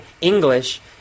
English